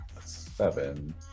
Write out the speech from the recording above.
seven